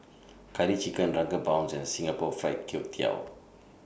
Curry Chicken Drunken Prawns and Singapore Fried Kway Tiao